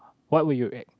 what would you act